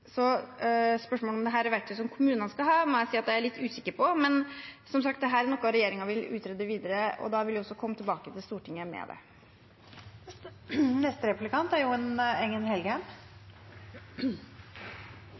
Så spørsmålet om dette er verktøy som kommunene skal ha, må jeg si at jeg er litt usikker på, men dette er som sagt noe regjeringen vil utrede videre, og da vil vi også komme tilbake til Stortinget med